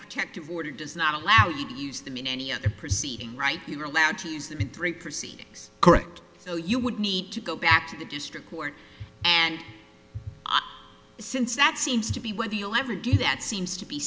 protective order does not allow you to use them in any of the proceedings right you're allowed to use the break proceedings correct so you would need to go back to the district court and since that seems to be whether you'll ever do that seems to be